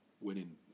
winning